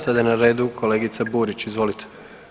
Sada je na redu kolegica Burić, izvolite.